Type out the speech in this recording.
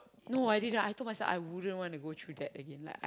no I didn't I told myself I wouldn't want to go through that again like I